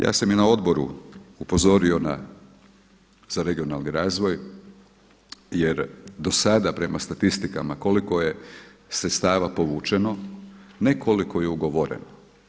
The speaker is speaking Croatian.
Ja sam i na odboru upozorio na za regionalni razvoj jer do sada prema statistikama koliko je sredstava povučeno, ne koliko je ugovoreno.